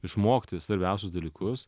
išmokti svarbiausius dalykus